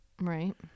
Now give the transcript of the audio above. Right